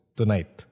Tonight